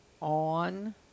on